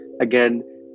again